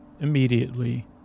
immediately